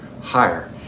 higher